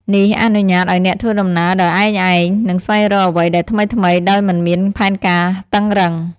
នេះអនុញ្ញាតឱ្យអ្នកធ្វើដំណើរដោយឯកឯង និងស្វែងរកអ្វីដែលថ្មីៗដោយមិនមានផែនការតឹងរ៉ឹង។